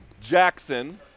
Jackson